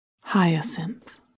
Hyacinth